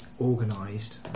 organised